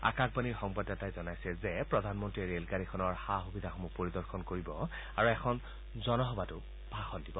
আকাশবাণীৰ সংবাদদাতাই জনাইছে যে প্ৰধানমন্ত্ৰীয়ে ৰেলগাড়ীখনৰ সা সুবিধাসমূহ পৰিদৰ্শন কৰিব আৰু এখন জনসভাতো ভাষণ দিব